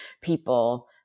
people